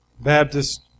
Baptist